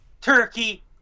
Turkey